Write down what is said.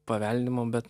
paveldima bet